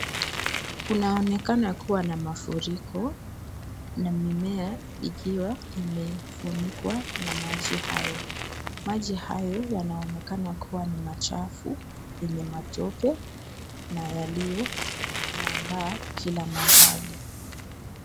Kunaonekana kuwa na mafuriko na mimea ikiwa imefunikwa na maji hayo. Maji hayo yanaonekana kuwa ni machafu yenye matope na yaliyosambaa kila mahali.